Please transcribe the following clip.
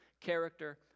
character